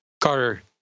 Carter